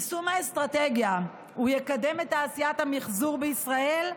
יישום האסטרטגיה יקדם את תעשיית המחזור בישראל,